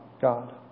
God